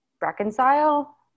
reconcile